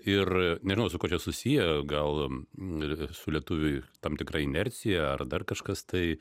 ir nežinau su kuo čia susiję gal su lietuvių tam tikra inercija ar dar kažkas tai